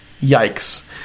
Yikes